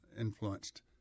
influenced